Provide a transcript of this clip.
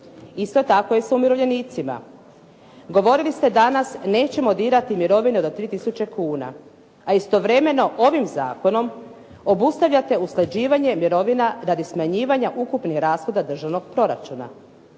Isto tako je sa umirovljenicima. Govorili ste danas nećemo dirati mirovine do 3 tisuće kuna, a istovremeno ovim zakonom obustavljate usklađivanje mirovina radi smanjivanja ukupnog rashoda državnog proračuna.